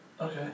Okay